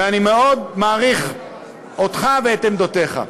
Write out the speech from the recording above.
ואני מאוד מעריך אותך ואת עמדותיך.